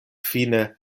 fine